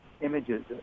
images